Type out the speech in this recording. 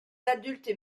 adultes